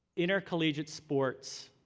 intercollegiate sports,